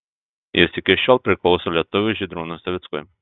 jis iki šiol priklauso lietuviui žydrūnui savickui